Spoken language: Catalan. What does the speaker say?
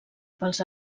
pels